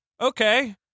okay